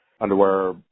underwear